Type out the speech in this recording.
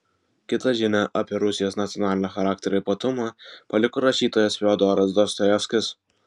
kitą žinią apie rusijos nacionalinio charakterio ypatumą paliko rašytojas fiodoras dostojevskis